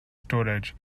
storage